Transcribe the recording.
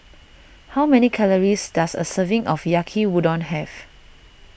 how many calories does a serving of Yaki Udon have